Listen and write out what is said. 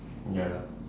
ya lah